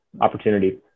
opportunity